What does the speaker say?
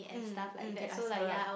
mm can ask her right